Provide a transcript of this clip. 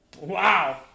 Wow